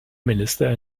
minister